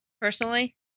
personally